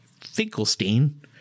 Finkelstein